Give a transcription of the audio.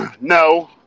no